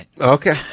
Okay